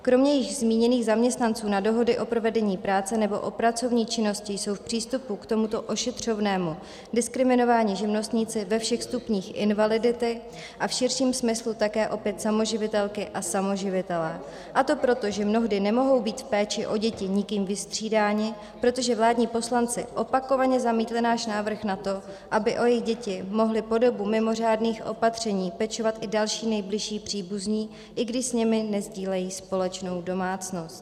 Kromě již zmíněných zaměstnanců na dohody o provedení práce nebo o pracovní činnosti jsou v přístupu k tomuto ošetřovnému diskriminováni živnostníci ve všech stupních invalidity a v širším smyslu také opět samoživitelky a samoživitelé, a to proto, že mnohdy nemohou být v péči o děti nikým vystřídáni, protože vládní poslanci opakovaně zamítli náš návrh na to, aby o jejich děti mohli po dobu mimořádných opatření pečovat i další nejbližší příbuzní, i když s nimi nesdílejí společnou domácnost.